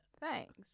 Thanks